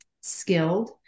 skilled